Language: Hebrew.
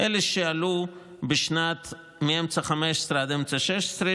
אלה שעלו מאמצע 2015 עד אמצע 2016,